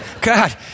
God